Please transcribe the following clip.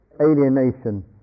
alienation